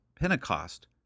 Pentecost